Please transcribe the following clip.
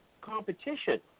competition